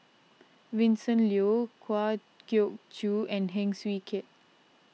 Vincent Leow Kwa Geok Choo and Heng Swee Keat